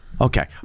Okay